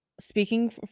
Speaking